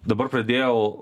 dabar pradėjau